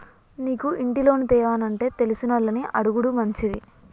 నీకు ఇంటి లోను తేవానంటే తెలిసినోళ్లని అడుగుడు మంచిది